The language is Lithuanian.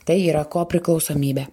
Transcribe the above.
tai yra kopriklausomybė